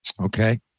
Okay